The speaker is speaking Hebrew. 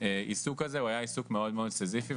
העיסוק הזה היה עיסוק מאוד סיזיפי,